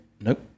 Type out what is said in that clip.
Nope